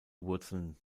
wurzeln